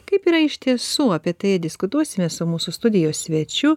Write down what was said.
kaip yra iš tiesų apie tai diskutuosime su mūsų studijos svečiu